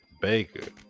Baker